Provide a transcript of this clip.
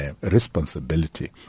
responsibility